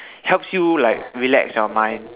helps you like relax your mind